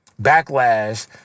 backlash